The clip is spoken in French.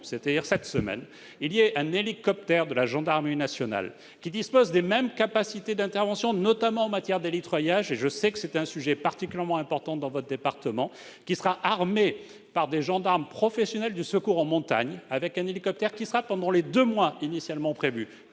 affecter, cette semaine, un hélicoptère de la Gendarmerie nationale disposant des mêmes capacités d'intervention, notamment en matière d'hélitreuillage- je sais que c'est un sujet particulièrement important dans votre département -, qui sera armé par des gendarmes professionnels du secours en montagne. Cet hélicoptère sera présent, pendant les deux mois initialement prévus,